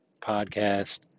podcast